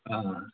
অঁ